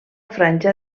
franja